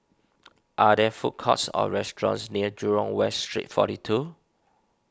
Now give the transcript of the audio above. are there food courts or restaurants near Jurong West Street forty two